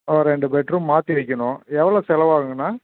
ஒரு ரெண்டு பெட்ரூம் மாற்றி வைக்கினும் எவ்வளோ செலவாகுங்கனா